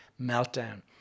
meltdown